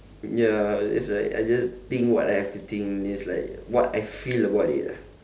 ya it's like I just think what I have to think it's like what I feel about it lah